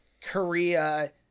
Korea